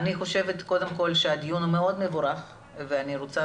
אני חושבת קודם כל שהדיון הוא מאוד מבורך ואני רוצה